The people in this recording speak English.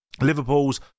Liverpool's